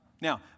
Now